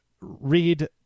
read